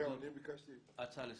הצעה לסדר.